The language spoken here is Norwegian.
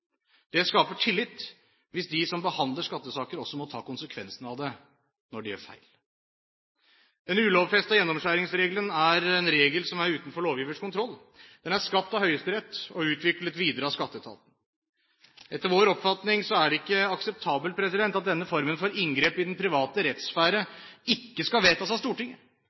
Det skaper tillit hvis de som behandler skattesaker, også må ta konsekvensen av det når de gjør feil. Den ulovfestede gjennomskjæringsregelen er en regel som er utenfor lovgivers kontroll. Den er skapt av Høyesterett og utviklet videre av Skatteetaten. Etter vår oppfatning er det ikke akseptabelt at denne formen for inngripen i den private rettssfære ikke skal vedtas av Stortinget.